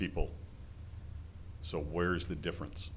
people so where's the difference